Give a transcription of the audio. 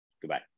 Goodbye